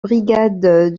brigade